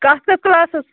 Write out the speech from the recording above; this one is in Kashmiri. کتھ کتھ کَلاسس